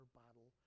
bottle